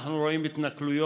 אנחנו רואים התנכלויות,